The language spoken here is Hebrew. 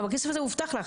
גם הכסף הזה הובטח לך.